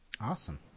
Awesome